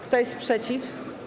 Kto jest przeciw?